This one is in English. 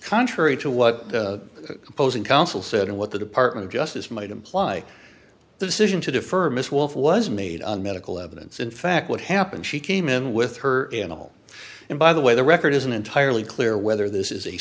contrary to what opposing counsel said and what the department of justice might imply the decision to defer miss wolf was made on medical evidence in fact what happened she came in with her in all and by the way the record isn't entirely clear whether this is a